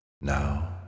Now